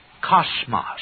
cosmos